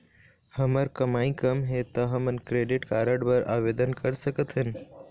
हमर कमाई कम हे ता हमन क्रेडिट कारड बर आवेदन कर सकथन?